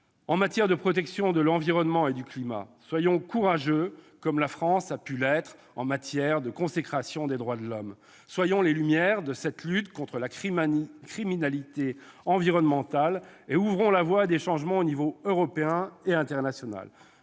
En matière de protection de l'environnement et du climat, soyons courageux, comme la France a pu l'être en matière de consécration des droits de l'homme ! Soyons les Lumières de cette lutte contre la criminalité environnementale, ouvrons la voie à des changements aux niveaux européen et international.